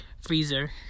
freezer